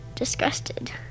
disgusted